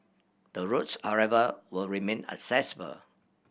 the roads however will remain accessible